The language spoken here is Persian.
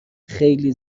خیلی